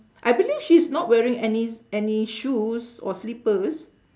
I believe she's not wearing any any shoes or slippers